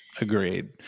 Agreed